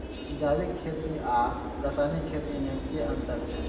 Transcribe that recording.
जैविक खेती आ रासायनिक खेती मे केँ अंतर छै?